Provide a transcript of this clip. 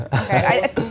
Okay